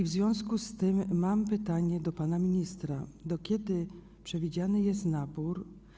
W związku z tym mam pytanie do pana ministra: Do kiedy przewidziany jest nabór?